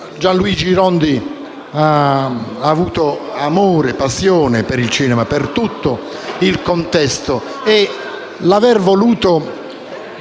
Gian Luigi Rondi ha nutrito amore e passione per il cinema, per tutto il contesto. E l’aver voluto